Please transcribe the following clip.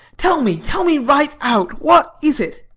tell me tell me right out. what is it?